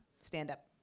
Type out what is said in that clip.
stand-up